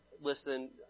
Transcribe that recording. listen